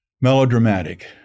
melodramatic